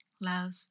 love